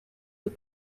les